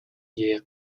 year